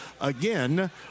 Again